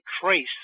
trace